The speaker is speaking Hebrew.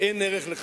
אין ערך להבטחה?